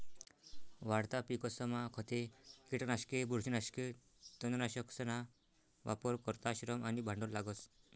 वाढता पिकसमा खते, किटकनाशके, बुरशीनाशके, तणनाशकसना वापर करता श्रम आणि भांडवल लागस